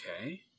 Okay